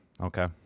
Okay